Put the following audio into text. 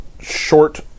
short